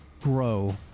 grow